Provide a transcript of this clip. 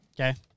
Okay